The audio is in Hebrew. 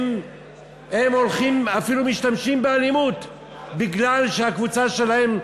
הם אפילו משתמשים באלימות מפני שהקבוצה שלהם,